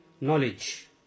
knowledge